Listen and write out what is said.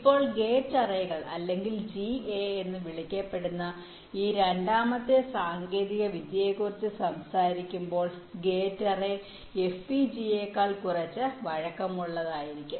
ഇപ്പോൾ ഗേറ്റ് അറേകൾ അല്ലെങ്കിൽ ജിഎ എന്ന് വിളിക്കപ്പെടുന്ന ഈ രണ്ടാമത്തെ സാങ്കേതികവിദ്യയെക്കുറിച്ച് സംസാരിക്കുമ്പോൾ ഗേറ്റ് അറേ FPGA യേക്കാൾ കുറച്ച് വഴക്കമുള്ളതായിരിക്കും